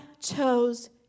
chose